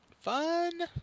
fun